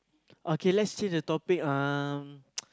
okay let's change the topic um